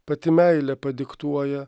pati meilė padiktuoja